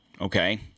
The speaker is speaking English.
okay